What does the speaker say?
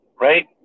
right